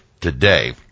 today